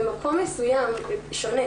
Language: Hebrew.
במקום מסוים שונה,